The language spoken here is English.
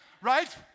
Right